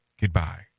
Goodbye